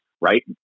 right